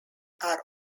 are